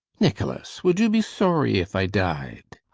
nicholas, would you be sorry if i died?